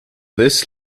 this